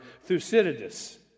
Thucydides